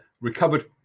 recovered